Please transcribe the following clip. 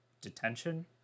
detention